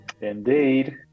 Indeed